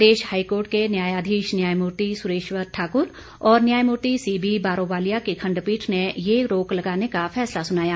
प्रदेश high court के न्यायाधीश न्यायमूर्ति सुरेश्वर ठाकुर और न्यायमूर्ति सीबीबारोवालिया की खंडपीठ ने ये रोक लगाने का फैसला सुनाया